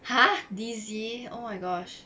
!huh! dizzy oh my gosh